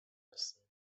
müssen